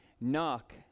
Knock